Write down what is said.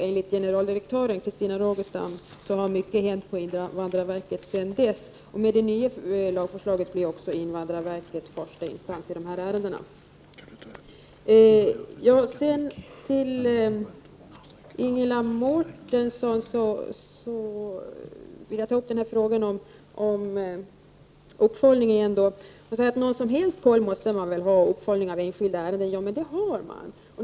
Enligt generaldirektör Christina Rogestam har det sedan dess hänt mycket på invandrarverket, och med det nya lagförslaget blir också invandrarverket första instans i dessa ärenden. Ingela Mårtensson sade att man bör ha någon kontroll och uppföljning av enskilda ärenden. Ja, men det har man ju.